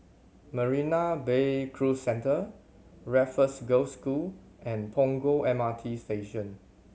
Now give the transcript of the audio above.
Marina Bay Cruise Centre Raffles Girls' School and Punggol M R T Station